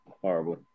Horrible